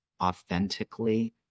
authentically